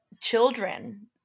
children